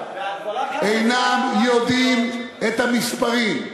אינם יודעים את המספרים.